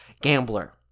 Gambler